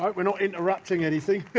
but we're not interrupting anything!